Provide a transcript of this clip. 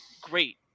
great